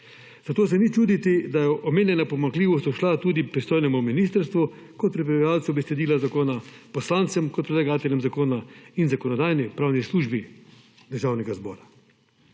zato se ni čuditi, da je omenjena pomanjkljivost ušla tudi pristojnemu ministrstvu kot prebivalcev besedila zakona poslancem kot predlagateljem zakona in Zakonodajno-pravni službi Državnega zbora.